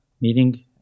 meeting